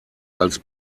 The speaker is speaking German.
als